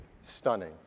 stunning